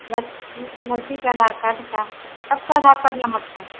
लड़की के आधार कार्ड सबके आधार लेना छै